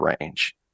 range